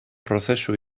prozesu